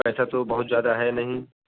पैसा तो बहुत ज़्यादा है नहीं